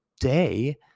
day